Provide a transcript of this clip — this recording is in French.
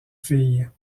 filles